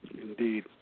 Indeed